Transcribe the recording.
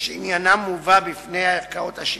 שעניינם מובא בפני הערכאות השיפוטיות,